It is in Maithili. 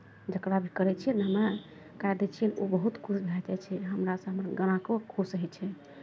जकरा भी करै छियै ने हमे कए दैत छियै ओ बहुत खुश भए जाइ छै हमरासँ हमर ग्राहको खुश होइ छै